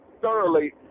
Thoroughly